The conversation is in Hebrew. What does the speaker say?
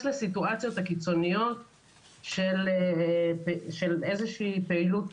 לסיטואציות הקיצוניות של איזה שהיא פעילות,